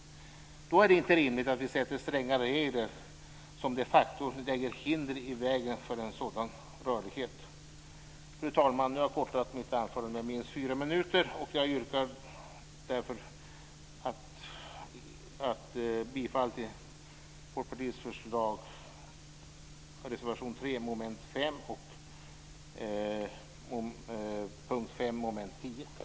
Då är det inte rimligt att vi sätter stränga regler som de facto lägger hinder i vägen för en sådan rörlighet. Fru talman! Nu har jag kortat mitt anförande med minst fyra minuter. Jag yrkar bifall till Folkpartiets förslag, reservation 3 under mom. 5 och reservation 5